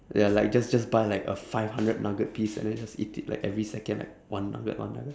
ya like just just buy like a five hundred nugget piece and then just eat it like every second like one nugget one nugget